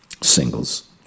Singles